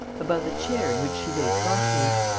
above the chair in which she lay prostrate.